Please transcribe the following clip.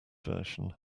version